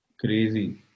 Crazy